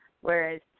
Whereas